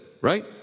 right